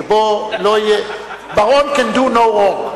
שבו Bar-on can do no wrong.